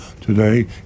Today